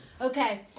Okay